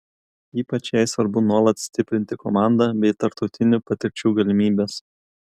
ypač jai svarbu nuolat stiprinti komandą bei tarptautinių patirčių galimybes